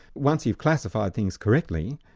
once you've classified things correctly,